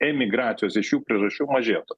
emigracijos iš jų priežasčių mažėtų